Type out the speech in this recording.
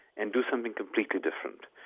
and do something completely different,